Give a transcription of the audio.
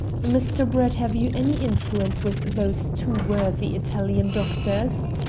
mr. brett, have you any influence with those two worthy italian doctors?